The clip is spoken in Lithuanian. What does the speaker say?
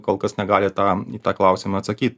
kol kas negali tą į tą klausimą atsakyt